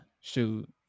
shoot